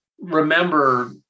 remember